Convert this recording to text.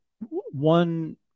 one